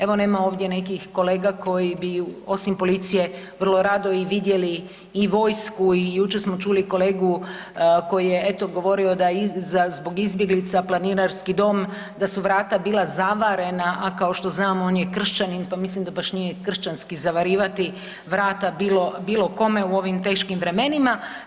Evo nema ovdje nekih kolega koji bi, osim policije, vrlo rado i vidjeli i vojsku i jučer smo čuli kolegu koji je govorio da je zbog izbjeglica planinarski dom da su vrata bila zavarena, a kao što znamo on je kršćanin pa mislim da nije baš kršćanski zavarivati vrata bilo kome u ovim teškim vremenima.